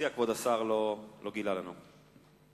כבוד השר לא גילה לנו מה הוא מציע.